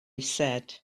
said